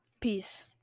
Peace